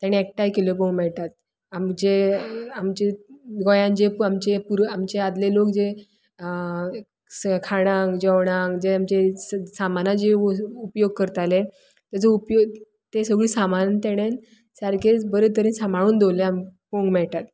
तांणे एकठांय केल्यो पळोवंक मेळटा आमचे आमचे गोंयान जे आमचे पुर्व आमचे आदले लोक खाणांक जेवणांक जे आमचे सामानाचे जे उपयोग करताले ताजे उपयोग ते सगळे सामान ताणें सारकेच बरे तरेन साबांळून दवरल्या पळोवंक मेळटात